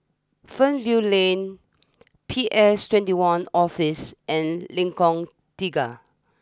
Fernvale Lane P S twenty one Office and Lengkong Tiga